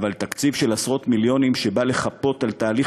אבל תקציב של עשרות מיליונים שבא לחפות על תהליך